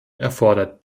erfordert